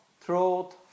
throat